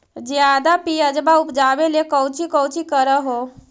ज्यादा प्यजबा उपजाबे ले कौची कौची कर हो?